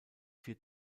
vier